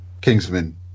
Kingsman